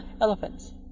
Elephants